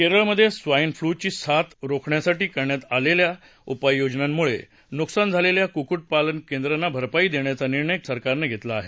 केरळमध्ये swine flu ची साथ रोखण्यासाठी करण्यात आलेल्या उपाययोजनांमुळे नुकसान झालेल्या कुक्कुट पालनकेंद्रांना भरपाई देण्याचा निर्णय केरळ सरकारनं घेतला आहे